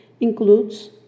includes